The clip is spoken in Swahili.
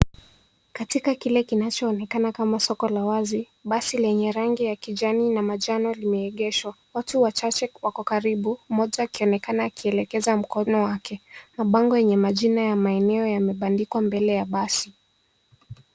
Katika kile kinachoonekana kama soko la wazi, basi lenye rangi ya kijani na manjano limeegeshwa. Watu wachache wako karibu mmoja akionekana akielekeza mkono wake. Mabango yenye majina ya maeneo yamebandikwa mbele ya basi.